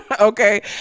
Okay